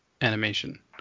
animation